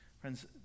Friends